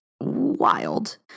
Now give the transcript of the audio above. wild